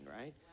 right